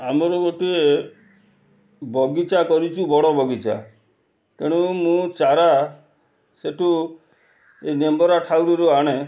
ଆମର ଗୋଟିଏ ବଗିଚା କରିଛୁ ବଡ଼ ବଗିଚା ତେଣୁ ମୁଁ ଚାରା ସେଠୁ ଏ ନେମ୍ବରା ଠାଉରିରୁ ଆଣେ